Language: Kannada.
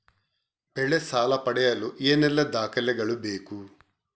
ಬೆಳೆ ಸಾಲ ಪಡೆಯಲು ಏನೆಲ್ಲಾ ದಾಖಲೆಗಳು ಬೇಕು?